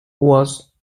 was